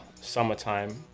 summertime